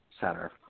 center